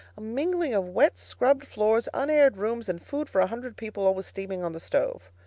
a mingling of wet scrubbed floors, unaired rooms, and food for a hundred people always steaming on the stove.